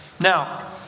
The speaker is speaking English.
Now